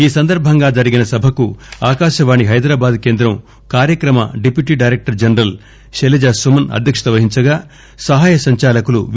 ఈ సందర్బంగా జరిగిన సభకు ఆకాశవాణి హైదరాబాద్ కేంద్ర కార్యక్రమ డిప్యూటీ డైరక్టర్ జనరల్ శైలజా సుమస్ అధ్యక్షత వహించగా సహాయ సంచాలకులు వి